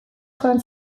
joan